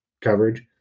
coverage